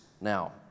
now